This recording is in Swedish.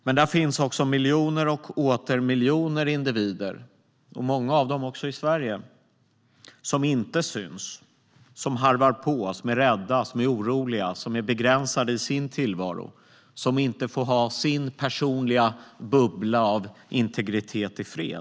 Men där finns också miljoner och åter miljoner individer, många av dem också i Sverige, som inte syns, som harvar på, som är rädda, som är oroliga, som är begränsade i sin tillvaro, som inte får ha sin personliga bubbla av integritet i fred.